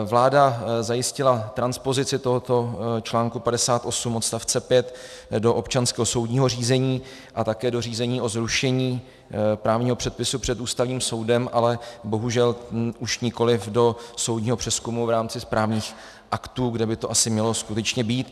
Vláda zajistila transpozici tohoto článku 58 odst. 5 do občanského soudního řízení a také do řízení o zrušení právního předpisu před Ústavním soudem, ale bohužel už nikoliv do soudního přezkumu v rámci správních aktů, kde by to asi mělo skutečně být.